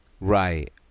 Right